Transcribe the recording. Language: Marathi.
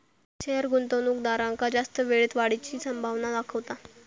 शेयर गुंतवणूकदारांका जास्त वेळेत वाढीची संभावना दाखवता